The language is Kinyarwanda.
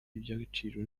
iby’agaciro